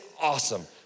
awesome